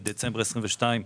בדצמבר 2022,